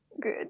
Good